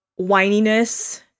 whininess